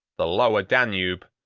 the lower danube,